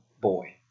boy